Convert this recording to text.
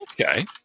Okay